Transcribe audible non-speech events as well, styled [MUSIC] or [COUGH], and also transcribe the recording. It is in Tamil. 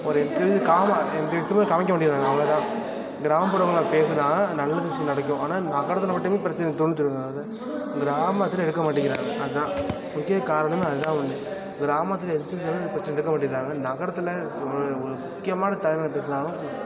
ஒரு இது காம இதை எடுத்துட்டு போய் காமிக்க மாட்டேங்கிறாங்கள் அவ்வளோ தான் கிராமப்புறங்கள்ல பேசுனால் நல்ல ஒரு விஷயம் நடக்கும் ஆனால் நகரத்தில் மட்டுமே பிரச்சனையை தோண்டிகிட்ருக்காங்க [UNINTELLIGIBLE] கிராமத்தில் எடுக்க மாட்டேங்கிறாங்கள் அதான் முக்கிய காரணமே அதான் ஒன்று கிராமத்தில் எத்தனி [UNINTELLIGIBLE] எடுக்க மாட்டேன்றாங்கள் ஆனால் நகரத்தில் ஒரு ஒரு முக்கியமான தலைவர்கள் பேசுனாலும்